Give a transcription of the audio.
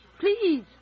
Please